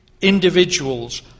individuals